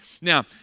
Now